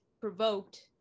provoked